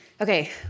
Okay